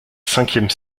cinquième